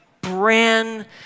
brand